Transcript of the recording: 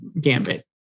gambit